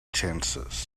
chances